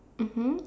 mmhmm